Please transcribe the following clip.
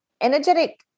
energetic